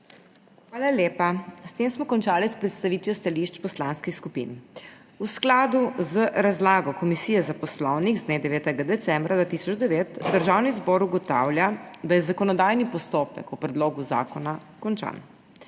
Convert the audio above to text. Hvala lepa. S tem smo končali s predstavitvijo stališč poslanskih skupin. V skladu z razlago Komisije za Poslovnik z dne 9. decembra 2009 Državni zbor ugotavlja, da je zakonodajni postopek o predlogu zakona končan.